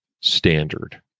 standard